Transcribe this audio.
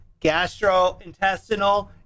gastrointestinal